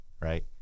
right